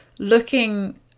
looking